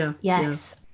Yes